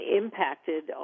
impacted